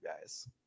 guys